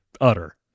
utter